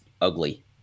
ugly